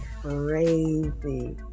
Crazy